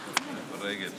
פדיחות.